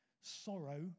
sorrow